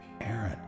Aaron